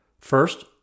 First